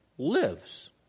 lives